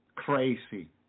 Crazy